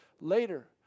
later